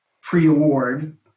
pre-award